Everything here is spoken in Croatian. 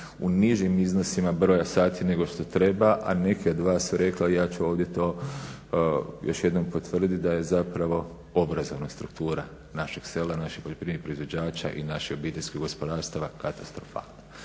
u nižim iznosima broja sati nego što treba, a neka dva su rekla ja ću ovdje to još jednom potvrdit da je zapravo obrazovna struktura našeg sela, naših poljoprivrednih proizvođača i naših obiteljskih gospodarstava katastrofalna.